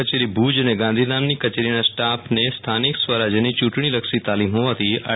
કચેરી ભુજ અને ગાંધીધામની કચેરીના સ્ટાફને સ્થાનિક સ્વરાજથની યુંટણીલક્ષી તાલીમ હોવાથી આર